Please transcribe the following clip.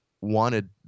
wanted –